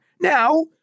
Now